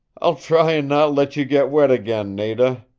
i'll try and not let you get wet again, nada,